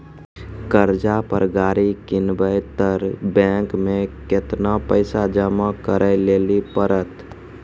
कर्जा पर गाड़ी किनबै तऽ बैंक मे केतना पैसा जमा करे लेली पड़त?